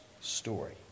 story